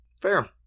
Fair